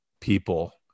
people